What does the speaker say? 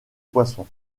poisson